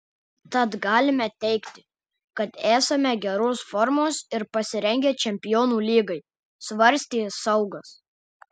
tad galime teigti kad esame geros formos ir pasirengę čempionų lygai svarstė saugas